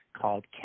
called